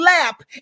lap